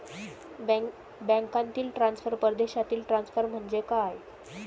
बँकांतील ट्रान्सफर, परदेशातील ट्रान्सफर म्हणजे काय?